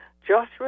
joshua